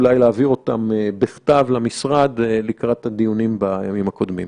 אולי להעביר אותן בכתב למשרד לקראת הדיון בימים הבאים.